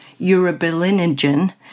urobilinogen